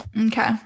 okay